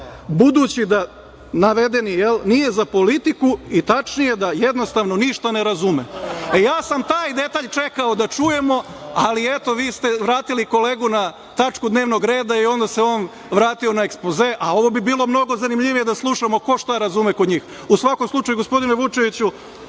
budući da navedeni nije za politiku i tačnije da jednostavno ništa ne razume. Ja sam taj detalj čekao da čujemo, ali, eto, vi ste vratili kolegu na tačku dnevnog reda i onda se on vratio na ekspoze, a ovo bi bilo mnogo zanimljivije da slušamo ko šta razume kod njih.U svakom slučaju, gospodine Vučeviću,